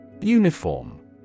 Uniform